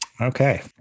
Okay